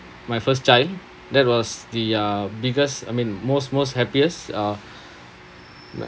my first child that was the uh biggest I mean most most happiest uh